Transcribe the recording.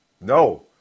No